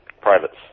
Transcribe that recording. privates